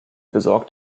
besorgt